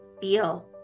feel